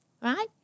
right